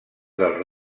dels